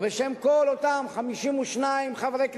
ובשם כל אותם 52 חברי כנסת,